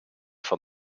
van